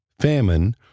famine